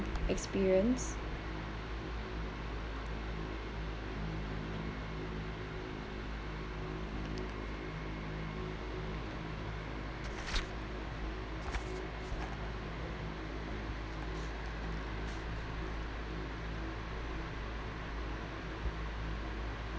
experience